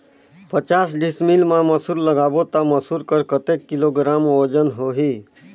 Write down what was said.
पचास डिसमिल मा मसुर लगाबो ता मसुर कर कतेक किलोग्राम वजन होही?